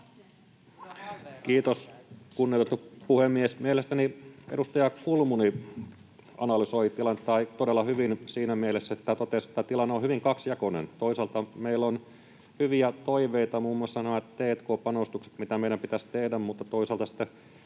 Kiitos, kunnioitettu puhemies! Mielestäni edustaja Kulmuni analysoi tilannetta todella hyvin siinä mielessä, että totesi, että tämä tilanne on hyvin kaksijakoinen: toisaalta meillä on hyviä toiveita, muun muassa nämä t&k-panostukset, mitä meidän pitäisi tehdä, mutta toisaalta sitten